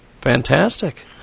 fantastic